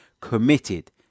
committed